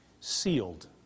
Sealed